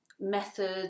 methods